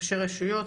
ראשי רשויות,